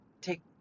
take